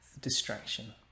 distraction